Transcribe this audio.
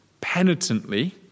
penitently